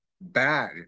bad